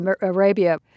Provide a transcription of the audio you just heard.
Arabia